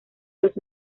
los